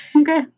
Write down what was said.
okay